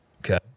Okay